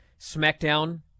SmackDown